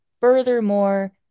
furthermore